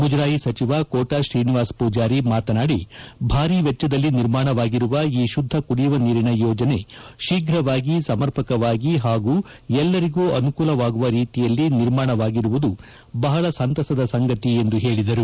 ಮುಜರಾಯಿ ಸಚಿವ ಕೋಟ ಶ್ರೀನಿವಾಸ ಪೂಜಾರಿ ಮಾತನಾಡಿ ಭಾರಿ ವೆಚ್ಚದಲ್ಲಿ ನಿರ್ಮಾಣವಾಗಿರುವ ಈ ಶುದ್ದ ಕುಡಿಯುವ ನೀರಿನ ಯೋಜನೆ ಶೀಘ ವಾಗಿ ಸಮರ್ಪಕವಾಗಿ ಹಾಗೂ ಎಲ್ಲರಿಗೂ ಅನುಕೂಲವಾಗುವ ರೀತಿಯಲ್ಲಿ ನಿರ್ಮಾಣವಾಗಿರುವುದು ಬಹಳ ಸಂತಸದ ಸಂಗತಿ ಎಂದು ಹೇಳಿದರು